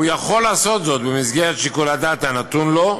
הוא יכול לעשות זאת, במסגרת שיקול הדעת הנתון לו,